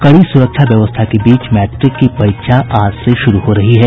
कड़ी सुरक्षा व्यवस्था के बीच मैट्रिक की परीक्षा आज से शुरू हो रही है